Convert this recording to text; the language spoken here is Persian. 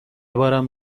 بارم